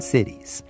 Cities